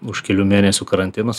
už kelių mėnesių karantinas